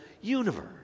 universe